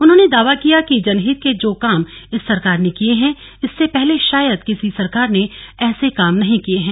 उन्होंने दावा किया कि जनहित के जो काम इस सरकार ने किये है इससे पहले शायद किसी सरकार ने ऐसे काम नहीं किये हैं